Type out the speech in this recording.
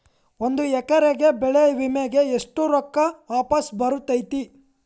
ಒಂದು ಎಕರೆ ಬೆಳೆ ವಿಮೆಗೆ ಎಷ್ಟ ರೊಕ್ಕ ವಾಪಸ್ ಬರತೇತಿ?